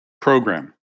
Program